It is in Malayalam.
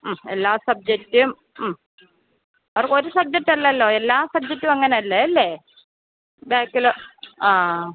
എല്ലാ സബ്ജക്റ്റും അവർക്കൊരു സബ്ജക്റ്റല്ലല്ലോ എല്ലാ സബ്ജക്റ്റുവങ്ങനല്ലേ അല്ലേ ബാക്കിൽ ആ